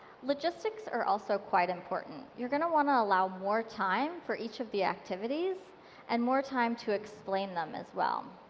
logistics are also quite important. you're going to want to allow more time for each of the activities and more time to explain them, as well.